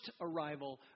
arrival